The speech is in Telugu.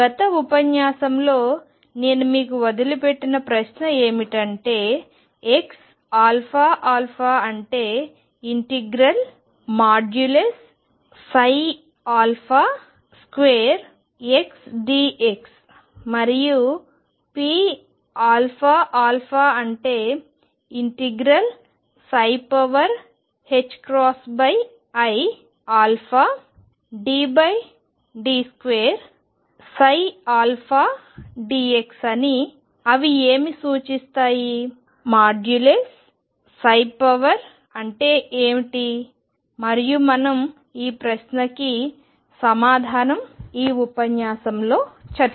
గత ఉపన్యాసంలో నేను మీకు వదిలిపెట్టిన ప్రశ్న ఏమిటంటే xαα అంటే ∫2xdx మరియు pαα అంటే ∫iddx dx అవి ఏమి సూచిస్తాయి 2 అంటే ఏమిటి మరియు మనం ఈ ప్రశ్నకి సమాధానం ఈ ఉపన్యాసంలో చర్చించబోతున్నాము